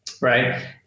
Right